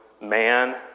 man